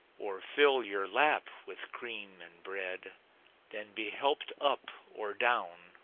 or fill your lap with cream and bread than be helped up or down,